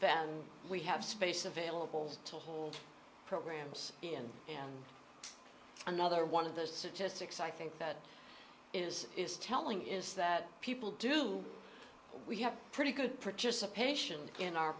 than we have space available to hold programs in another one of those statistics i think that is is telling is that people do we have pretty good participation in our